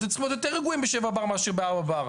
אתם צריכים להיות יותר רגועים ב-7 בר מאשר ב-4 בר.